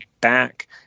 back